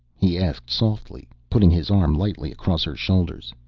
he asked softly, putting his arm lightly across her shoulders.